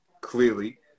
clearly